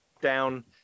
down